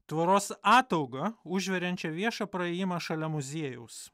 tvoros ataugą užveriančią viešą praėjimą šalia muziejaus